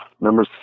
Number